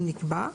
אם נקבע.